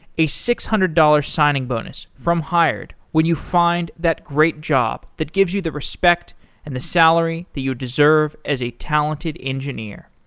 a six hundred dollars signing bonus from hired when you find that great job that gives you the respect and the salary that you deserve as a talented engineer.